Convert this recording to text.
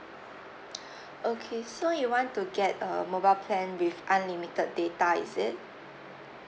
okay so you want to get a mobile plan with unlimited data is it